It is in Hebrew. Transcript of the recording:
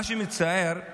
מה שמצער הוא